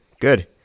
good